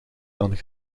dan